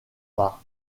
par